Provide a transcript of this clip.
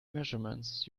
measurements